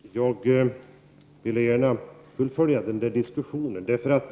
Fru talman! Jag vill gärna fullfölja denna diskussion.